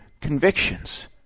convictions